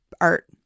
art